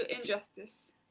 injustice